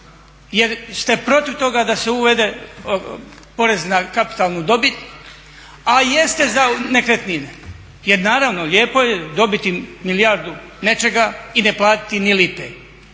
jer ste protiv toga da se uvede porez na kapitalnu dobit a jeste za nekretnine. Jer naravno lijepo je dobiti milijardu nečega i ne platiti ni lipe.